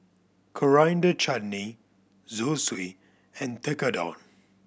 Coriander Chutney Zosui and Tekkadon